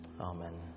Amen